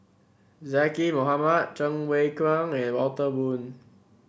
Zaqy Mohamad Cheng Wai Keung and Walter Woon